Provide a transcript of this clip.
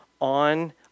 on